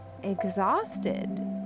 Exhausted